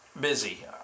busy